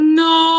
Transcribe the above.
no